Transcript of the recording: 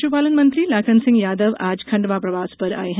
पशुपालन मंत्री लाखन सिंह यादव आज खण्डवा प्रवास पर आए हैं